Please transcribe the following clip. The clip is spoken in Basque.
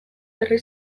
herri